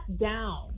down